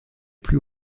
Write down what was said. plus